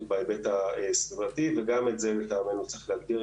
בהיבט הסביבתי וגם את זה מטעמנו צריך להגדיר,